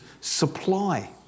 supply